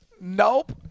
Nope